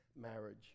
marriage